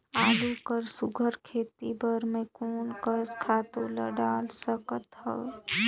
आलू कर सुघ्घर खेती बर मैं कोन कस खातु ला डाल सकत हाव?